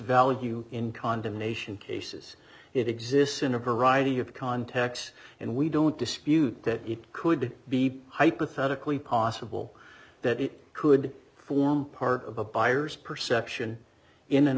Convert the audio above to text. value in condemnation cases it exists in a variety of contexts and we don't dispute that it could be hypothetically possible that it could form part of a buyer's perception in an